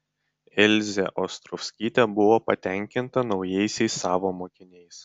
elzė ostrovskytė buvo patenkinta naujaisiais savo mokiniais